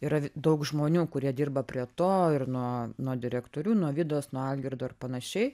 yra daug žmonių kurie dirba prie to ir nuo nuo direktorių nuo vidos nuo algirdo ir panašiai